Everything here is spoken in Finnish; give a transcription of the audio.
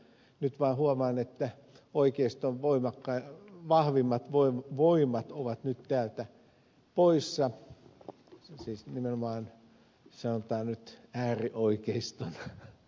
nyt vaan huomaan että oikeiston vahvimmat voimat ovat nyt täältä poissa siis nimenomaan sanotaan nyt äärioikeiston